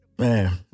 Man